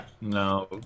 No